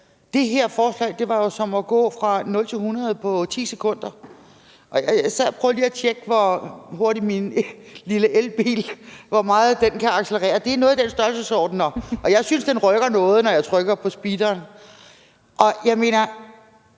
det her forslag var som at gå fra 0 til 100 på 10 sekunder. Jeg prøvede lige at tjekke, hvor hurtigt min lille elbil kan accelerere, og det ligger i den størrelsesorden, og jeg synes, den rykker noget, når jeg trykker på speederen. Men hvordan